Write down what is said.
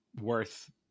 worth